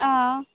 অঁ